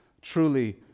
truly